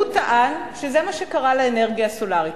הוא טען שזה מה שקרה לאנרגיה הסולרית.